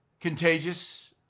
contagious